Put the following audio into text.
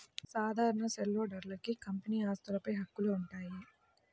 సాధారణ షేర్హోల్డర్లకు కంపెనీ ఆస్తులపై హక్కులు ఉంటాయి